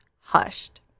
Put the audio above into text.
hushed